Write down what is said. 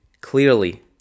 clearly